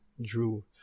drew